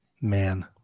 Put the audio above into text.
Man